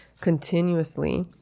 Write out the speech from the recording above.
continuously